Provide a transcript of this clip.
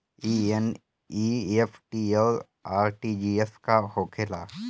ई एन.ई.एफ.टी और आर.टी.जी.एस का होखे ला?